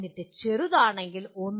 എന്നിട്ട് അത് ചെറുതാണെങ്കിൽ 1